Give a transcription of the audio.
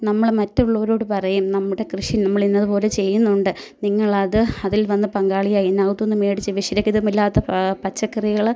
നമ്മൾ മറ്റുള്ളവരോട് പറയും നമ്മുടെ കൃഷി നമ്മളിന്നതുപോലെ ചെയ്യുന്നുണ്ട് നിങ്ങളത് അതിൽ വന്ന് പങ്കാളിയായി ഇതിനകത്തുനിന്ന് മേടിച്ച് വിഷരഹിതമല്ലാത്ത പച്ചക്കറികൾ